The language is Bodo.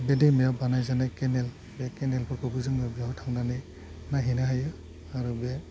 बे दैमाया बानाय जानाय केनेल बे केनेलफोरखौबो जोङो बयाव थांनानै नायहैनो हायो आरो बे